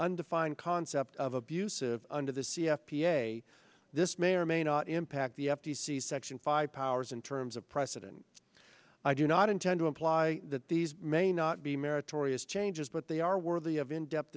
undefined concept of abusive under the c f p a this may or may not impact the f t c section five powers in terms of precedent i do not intend to imply that these may not be meritorious changes but they are worthy of in depth